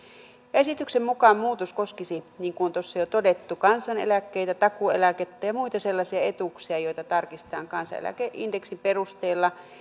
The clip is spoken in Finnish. esityksen mukaan muutos koskisi niin kuin on jo todettu kansaneläkkeitä takuueläkettä ja muita sellaisia etuuksia joita tarkistetaan kansaneläkeindeksin perusteella